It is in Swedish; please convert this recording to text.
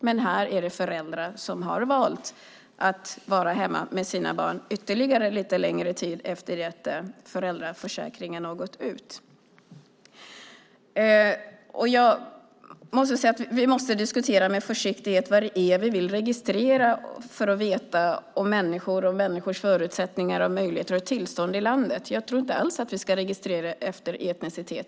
Men här är det föräldrar som har valt att vara hemma med sina barn ytterligare lite tid efter det att föräldraförsäkringen har gått ut. Vi måste diskutera med försiktighet vad det är vi vill registrera för att få information om människor och människors förutsättningar och möjligheter och om tillståndet i landet. Jag tror inte alls att vi ska registrera efter etnicitet.